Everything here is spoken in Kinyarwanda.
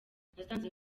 nasanze